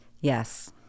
yes